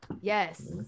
yes